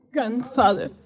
Grandfather